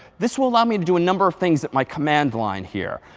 this will allow me to do a number of things at my command line here.